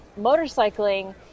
motorcycling